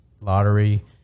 lottery